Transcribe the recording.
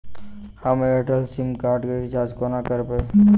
हम Airtel sim card केँ recharge कोना करबै?